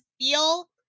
feel